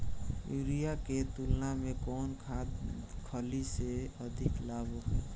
Urea के तुलना में कौन खाध खल्ली से अधिक लाभ होखे?